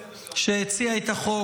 שהציע את החוק.